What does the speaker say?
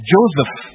Joseph